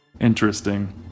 Interesting